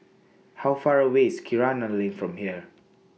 How Far away IS Kinara Lane from here